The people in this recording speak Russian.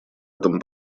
этом